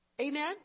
Amen